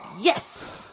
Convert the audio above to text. Yes